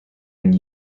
and